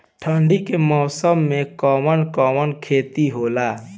ठंडी के मौसम में कवन कवन खेती होला?